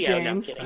James